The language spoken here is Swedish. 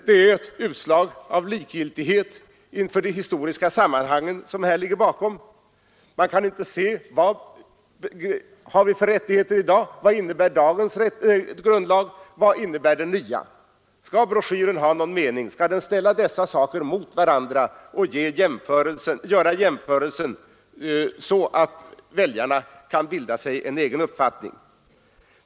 Det är ett utslag av likgiltighet inför de historiska sammanhang som här ligger bakom. Man kan inte se och jämföra vad den nuvarande grundlagen och vad den nya innebär. Skall broschyren ha någon mening skall den ställa dessa saker mot varandra och göra jämförelsen så att väljarna kan bilda sig en egen uppfattning.